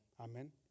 Amen